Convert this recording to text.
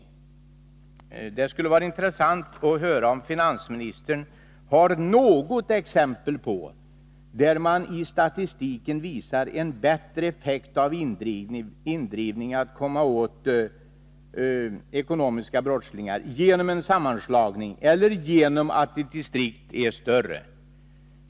Det skulle vara intressant att få höra om finansministern har något exempel där statistiken visar en bättre effekt av indrivningar och att man bättre skulle komma åt ekonomiska brottslingar genom en sammanslagning eller genom att ett distrikt är större.